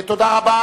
תודה רבה.